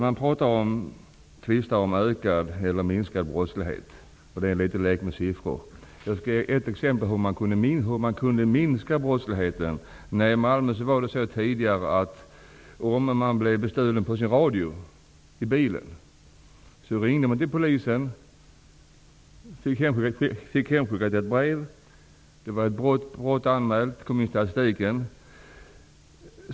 Man tvistar om brottsligheten har ökat eller minskat. Det är en lek med siffror. Jag skall ge ett exempel på hur man kan ''minska'' brottsligheten. Om man förr i tiden blev bestulen på sin bilradio i Malmö ringde man till polisen. Man fick ett brev hemskickat. Det var ett brott anmält, och det kom in i statistiken.